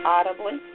Audibly